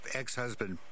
ex-husband